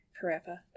forever